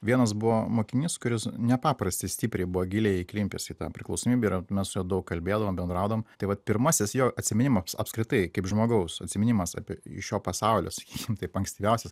vienas buvo mokinys kuris nepaprastai stipriai buvo giliai įklimpęs į tą priklausomybę ir mes su juo daug kalbėdavom bendraudom tai vat pirmasis jo atsiminimams apskritai kaip žmogaus atsiminimas apie iš šio pasaulio sakysim taip ankstyviausias